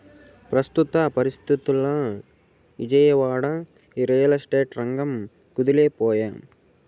పెస్తుత పరిస్తితుల్ల Vijayawada, real estate రంగం కుదేలై పాయె